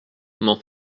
m’en